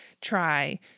try